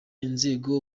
inzego